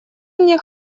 мне